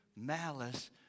malice